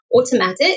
automatic